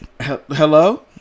hello